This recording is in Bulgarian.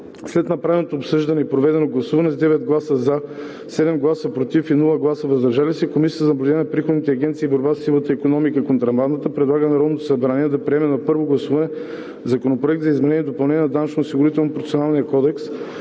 След направеното обсъждане и проведеното гласуване с 9 гласа „за“, 7 гласа „против“ и без „въздържал се“ Комисията за наблюдение на приходните агенции и борба със сивата икономика и контрабандата предлага на Народното събрание да приеме на първо гласуване Законопроект за изменение и допълнение на Данъчно-осигурителния процесуален кодекс,